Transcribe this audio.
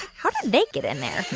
how did they get in there?